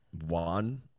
one